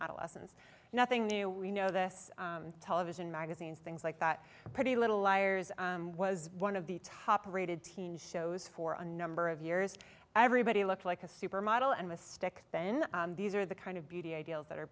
adolescence nothing new we know this television magazines things like that pretty little liars was one of the top rated teen shows for a number of years everybody looked like a supermodel and mystic then these are the kind of beauty ideals that are